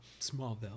Smallville